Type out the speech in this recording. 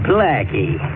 Blackie